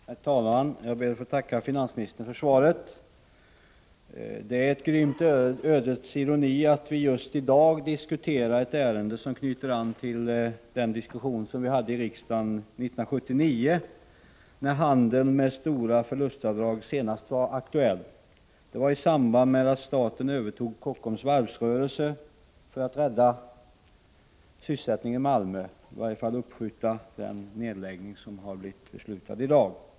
Herr talman! Jag ber att få tacka finansministern för svaret. Det är ett grymt ödes ironi att vi just i dag diskuterar ett ärende som knyter an till den diskussion vi hade i riksdagen 1979, när handeln med stora förlustavdrag senast var aktuell. Det var i samband med att staten övertog Kockums varvsrörelse för att rädda sysselsättningen där eller i varje fall uppskjuta den nedläggning som har blivit beslutad i dag.